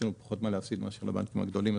יש לנו פחות מה להפסיד מאשר לבנקים הגדולים,